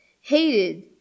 hated